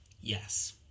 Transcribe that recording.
Yes